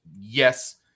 Yes